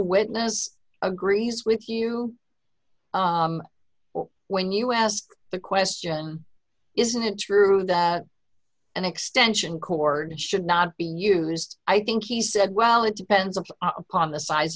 witness agrees with you when you ask the question isn't it true that an extension cord should not be used i think he said well it depends upon the size